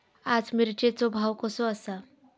आज मिरचेचो भाव कसो आसा?